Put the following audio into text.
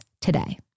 today